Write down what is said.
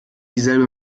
dieselbe